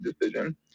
decision